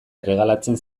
erregalatzen